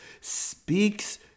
speaks